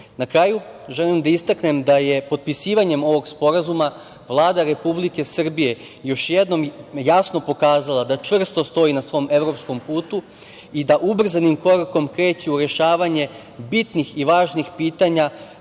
kraju želim da istaknem da je potpisivanjem ovog sporazuma Vlada Republike Srbije još jednom jasno pokazala da čvrsto stoji na svom evropskom putu i da ubrzanim korakom kreće u rešavanje bitnih i važnih pitanja